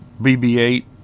BB-8